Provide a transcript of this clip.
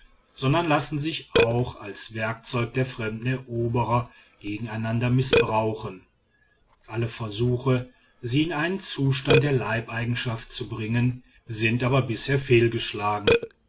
sondern lassen sich auch als werkzeuge der fremden eroberer gegeneinander mißbrauchen alle versuche sie in einen zustand der leibeigenschaft zu bringen sind aber bisher fehlgeschlagen